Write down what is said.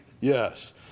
yes